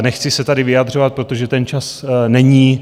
Nechci se tady vyjadřovat, protože ten čas není.